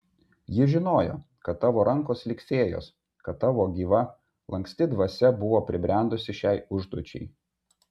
ji žinojo kad tavo rankos lyg fėjos kad tavo gyva lanksti dvasia buvo pribrendusi šiai užduočiai